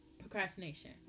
procrastination